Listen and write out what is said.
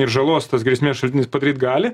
ir žalos tos grėsmės šaltinis padaryt gali